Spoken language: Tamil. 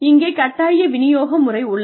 இங்கே கட்டாய விநியோக முறை உள்ளது